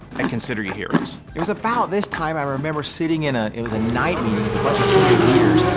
consider you heroes. it was about this time, i remember sitting in a, it was a night meeting with a bunch of senior leaders,